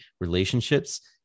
relationships